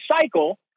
cycle